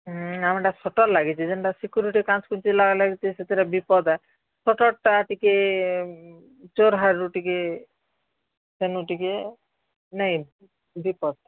ହୁଁ ଆମର୍ ଟା ସଟର୍ ଲାଗିଛେ ଯେନଟା ସିକ୍ୟୁରିଟି କାଁଚ୍ କୁଚି ଲାଗଲେ ସେଟା ବିପଦ୍ ଆଏ ସଟର୍ ଟା ଚିକେ ଚୋର୍ ହାର୍ ରୁ ଟିକେ ତାର୍ ନୁ ଟିକେ ନାଇଁ ବିପଦ୍